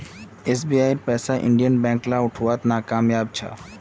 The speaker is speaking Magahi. एसबीआईर पैसा इंडियन बैंक लौटव्वात नाकामयाब छ